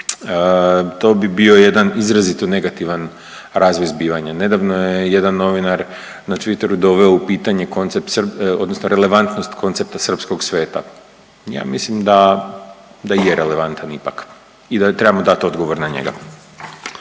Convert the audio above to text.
to bi bio jedan izrazito negativan razvoj zbivanja. Nedavno je jedan novinar na Twitteru doveo u pitanje koncept odnosno relevantnost koncepta srpskog Sveta. Ja mislim da je relevantan ipak i da trebamo dati odgovor na njega.